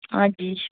اَدٕ کیاہ یہِ چھِ